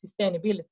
sustainability